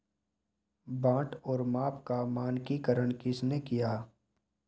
बाट और माप का मानकीकरण किसने किया?